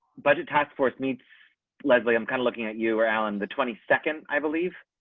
but it has forced me to leslie i'm kind of looking at you or alan the twenty second, i believe.